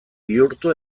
bihurtu